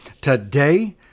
today